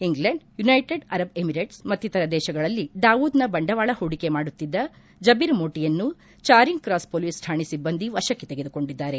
England United Arab Emirates ಮತ್ತಿತರ ದೇಶಗಳಲ್ಲಿ ದಾವೂದ್ನ ಬಂಡವಾಳ ಹೂಡಿಕೆ ಮಾಡುತ್ತಿದ್ದ ಜಬೀರ್ ಮೋಟಿಯನ್ನು ಚಾರಿಂಗ್ ಕಾಸ್ ಮೊಲೀಸ್ ಠಾಣೆ ಸಿಬ್ಬಂದಿ ವಶಕ್ಕೆ ತೆಗೆದುಕೊಂಡಿದ್ದಾರೆ